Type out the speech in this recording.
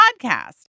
podcast